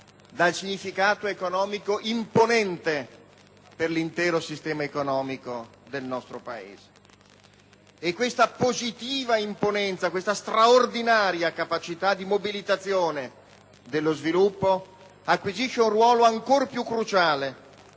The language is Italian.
dal significato economico imponente per l'intero sistema economico del nostro Paese. Questa positiva imponenza, questa straordinaria capacità di mobilitazione dello sviluppo acquisisce un ruolo ancor più cruciale